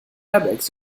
airbags